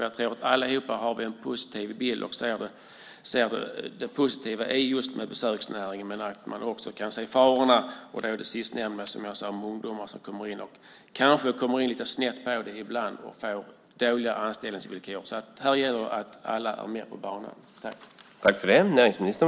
Jag tror att vi alla har en positiv bild och ser det positiva i besöksnäringen, men man kan också se farorna. Det sistnämnda gäller ungdomar som kanske ibland kommer in lite snett och får dåliga anställningsvillkor. Här gäller det att alla är med på banan.